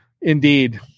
Indeed